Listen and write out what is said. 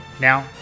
Now